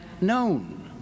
known